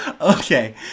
okay